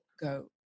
go